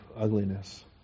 ugliness